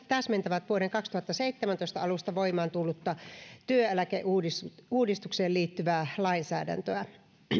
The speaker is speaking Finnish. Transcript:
täsmentävät vuoden kaksituhattaseitsemäntoista alusta voimaan tullutta työeläkeuudistukseen liittyvää lainsäädäntöä